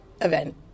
event